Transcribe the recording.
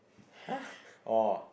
!huh! oh